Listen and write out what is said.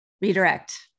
Redirect